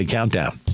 Countdown